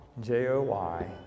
J-O-Y